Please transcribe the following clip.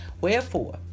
Wherefore